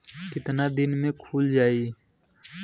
कितना दिन में खुल जाई?